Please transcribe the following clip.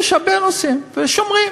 יש הרבה נושאים, ושומרים.